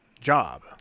job